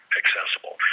accessible